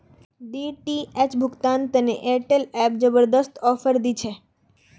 DTH भुगतान तने Airtel app जबरदस्त ऑफर दी छे